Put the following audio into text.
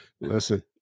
listen